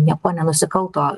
niekuo nenusikalto